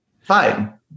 fine